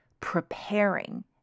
preparing